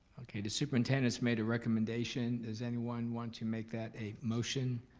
okay, the superintendent's made a recommendation, does anyone want to make that a motion?